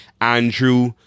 Andrew